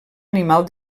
animal